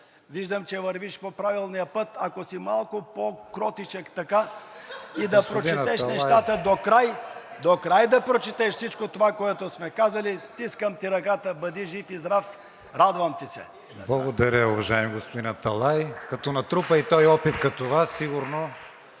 виждам, че вървиш по правилния път. Ако си малко по-кротичък, да прочетеш нещата докрай, докрай да прочетеш всичко това, което сме казали, стискам ти ръката, бъди жив и здрав, радвам ти се. ПРЕДСЕДАТЕЛ КРИСТИАН ВИГЕНИН: Благодаря, уважаеми господин Аталай. Като натрупа и той опит като Вас, сигурно